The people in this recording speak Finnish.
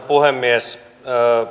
puhemies